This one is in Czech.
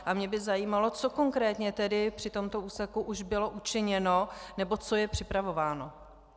A mě by zajímalo, co konkrétně tedy při tomto úseku už bylo učiněno nebo co je připravováno.